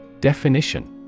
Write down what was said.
Definition